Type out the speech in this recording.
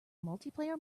multiplayer